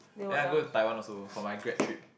then I go Taiwan also for my grad trip